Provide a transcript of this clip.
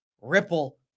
Ripple